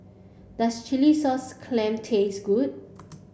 does Chilli Sauce Clam taste good